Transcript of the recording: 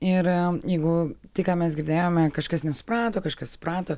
ir jeigu tai ką mes girdėjome kažkas nesuprato kažkas suprato